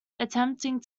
attempting